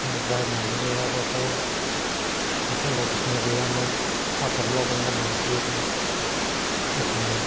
ओमफ्राय मानजिनायाबोथ' साफोन बायदिसिना गैयामोन हाथ'फ्लाजोंनो मानजियोमोन नाथाय नै